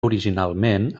originalment